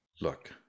Look